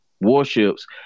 warships